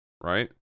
right